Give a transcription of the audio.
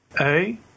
A-